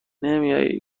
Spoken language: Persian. نمیای